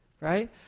Right